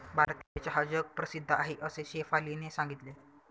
भारतीय चहा जगप्रसिद्ध आहे असे शेफालीने सांगितले